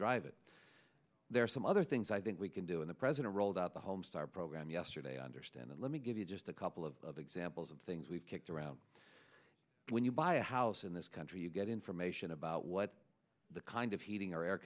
drive that there are some other things i think we can do and the president rolled out the homestar program yesterday i understand that let me give you just a couple of examples of things we've kicked around when you buy a house in this country you get information about what the kind of heating or air